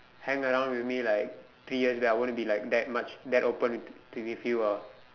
hang around with me like three years back I wouldn't be like that much that open to with you ah